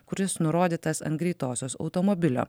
kuris nurodytas ant greitosios automobilio